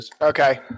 okay